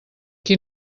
qui